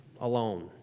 alone